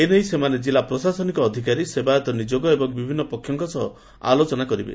ଏନେଇ ସେମାନେ କିଲ୍ଲା ପ୍ରଶାସନିକ ଅଧିକାରୀ ସେବାୟତ ନିଯୋଗ ଏବଂ ବିଭିନ୍ ପକ୍ଷଙ୍କ ସହ ଆଲୋଚନା କରିବେ